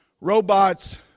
Robots